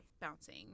bouncing